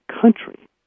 country